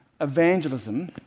evangelism